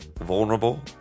vulnerable